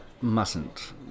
mustn't